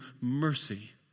mercy